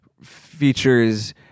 features